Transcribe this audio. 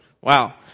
wow